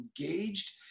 engaged